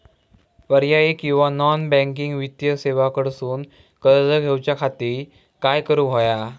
पर्यायी किंवा non banking वित्तीय सेवा कडसून कर्ज घेऊच्या खाती काय करुक होया?